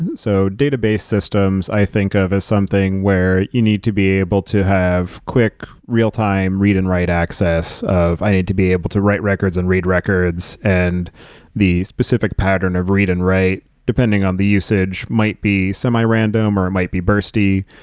so, database systems i think of as something where you need to be able to have quick real-time read and write access of i need to be able to write records and read records and the specific pattern of read and write depending on the usage, might be a semi-random or it might be bursty.